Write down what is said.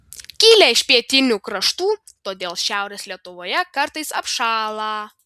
kilę iš pietinių kraštų todėl šiaurės lietuvoje kartais apšąla